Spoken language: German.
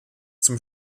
zum